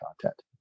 content